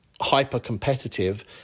hyper-competitive